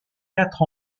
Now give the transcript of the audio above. quatre